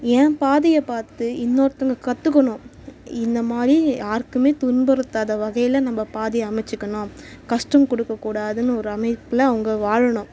என் பாதையை பார்த்து இன்னொருத்தவங்கள் கற்றுக்கணும் இந்தமாரி யாருக்குமே துன்புறுத்தாத வகையில் நம்ம பாதையை அமைச்சிக்கணும் கஸ்டம் கொடுக்கக்கூடாதுன்னு ஒரு அமைப்பில் அவங்க வாழணும்